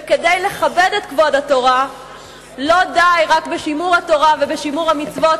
וכדי לכבד את התורה לא די רק בשימור התורה ובשימור המצוות,